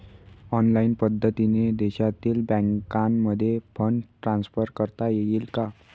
Online पद्धतीने देशातील बँकांमध्ये फंड ट्रान्सफर करता येईल का?